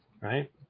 Right